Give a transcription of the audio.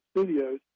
studios